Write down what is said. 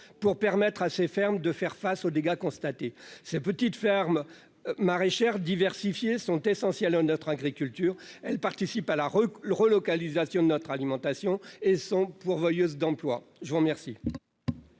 leur permettre de faire face aux dégâts constatés. Ces petites fermes maraîchères diversifiées sont essentielles à notre agriculture. Elles participent à la relocalisation de notre alimentation et sont pourvoyeuses d'emplois. Quel